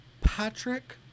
Patrick